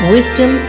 Wisdom